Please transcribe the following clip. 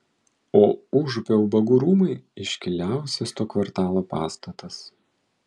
o užupio ubagų rūmai iškiliausias to kvartalo pastatas